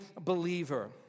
believer